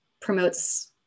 promotes